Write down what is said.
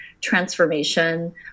transformation